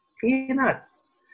peanuts